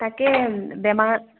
তাকে বেমাৰ